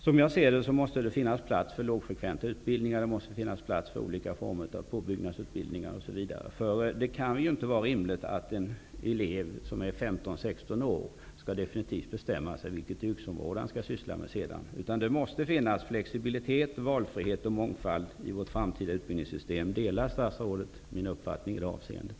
Som jag ser det måste det finnas plats för lågfrekventa utbildningar, och det måste finnas plats för olika former av påbyggnadsutbildningar osv. Det kan inte vara rimligt att en elev som är 15-- 16 år definitivt skall bestämma sig för vilket yrkesområde han eller hon skall syssla med sedan. Det måste finnas flexibilitet, valfrihet och mångfald i vårt framtida utbildningssystem. Delar statsrådet min uppfattning i det avseendet?